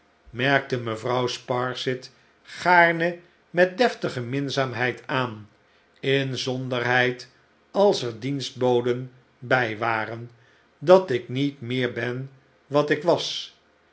merkte mevrouw sparsit gaarne met deftige minzaamheid aan inzonderheid als er dienstboden bij waren dat ik niet meer ben wat ik was